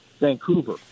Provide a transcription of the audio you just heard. vancouver